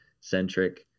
centric